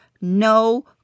no